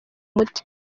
umuti